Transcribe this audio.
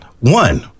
one